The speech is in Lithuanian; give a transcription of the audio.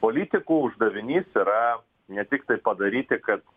politikų uždavinys yra ne tiktai padaryti kad